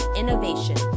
innovation